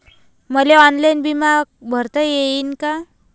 मले ऑनलाईन बिमा भरता येईन का?